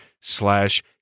slash